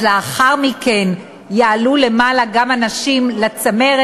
אז לאחר מכן יעלו גם הנשים לצמרת.